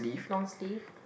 long sleeve